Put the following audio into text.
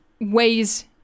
ways